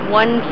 one